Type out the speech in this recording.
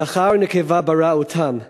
"זכר ונקבה ברא אֹתם".